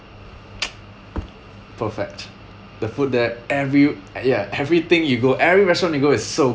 perfect the food there every ya everything you go every restaurant you go is so